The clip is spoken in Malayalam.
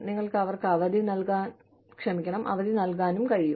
നിങ്ങൾക്ക് അവർക്ക് അവധി നൽകാനും കഴിയും